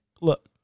look